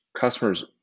customers